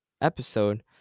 episode